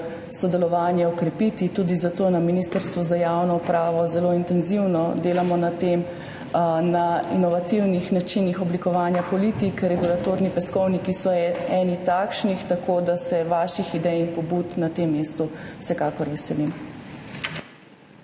sodelovanje okrepiti. Tudi zato na Ministrstvu za javno upravo zelo intenzivno delamo na tem, na inovativnih načinih oblikovanja politik. Regulatorni peskovniki so eni takšnih, tako da se vaših idej in pobud na tem mestu vsekakor veselim.